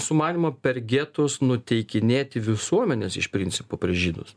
sumanymo per getus nuteikinėti visuomenes iš principo prieš žydus